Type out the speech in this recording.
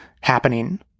happening